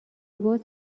باز